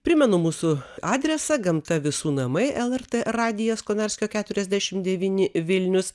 primenu mūsų adresą gamta visų namai lrt radijas konarskio keturiasdešim devyni vilnius